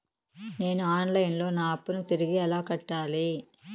నేను online లో నా అప్పును తిరిగి ఎలా కట్టాలి?